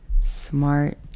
smart